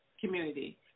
community